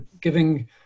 giving